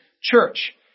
church